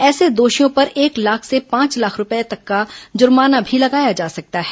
ऐसे दोषियों पर एक लाख से पांच लाख रुपये तक का जुर्माना भी लगाया जा सकता है